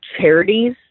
charities